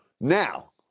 Now